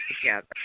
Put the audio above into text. together